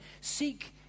seek